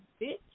bitch